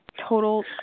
total